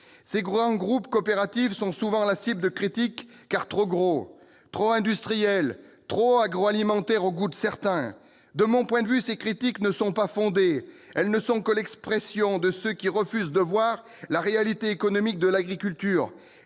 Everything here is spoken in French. Ces grands groupes coopératifs sont souvent la cible de critiques : ils seraient trop gros, trop industriels, trop agroalimentaires au goût de certains. De mon point de vue, ces critiques ne sont pas fondées. Elles ne sont que l'expression de ceux qui refusent de voir la réalité économique de l'agriculture,